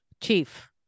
chief